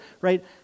right